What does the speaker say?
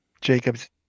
Jacobs